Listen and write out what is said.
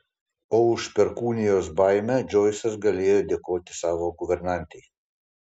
o už perkūnijos baimę džoisas galėjo dėkoti savo guvernantei